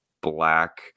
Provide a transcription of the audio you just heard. black